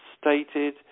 stated